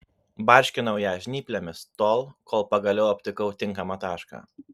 barškinau ją žnyplėmis tol kol pagaliau aptikau tinkamą tašką